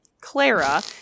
Clara